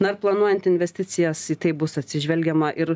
na ir planuojant investicijas į tai bus atsižvelgiama ir